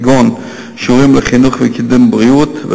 כגון שירותים לחינוך וקידום בריאות,